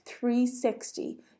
360